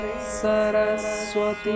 saraswati